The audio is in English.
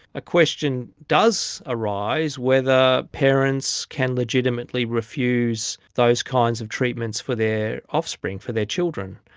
a question does arise whether parents can legitimately refuse those kinds of treatments for their offspring, for their children.